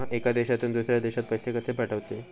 एका देशातून दुसऱ्या देशात पैसे कशे पाठवचे?